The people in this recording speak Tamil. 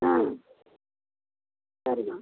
ஆ சரிம்மா